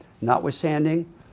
Notwithstanding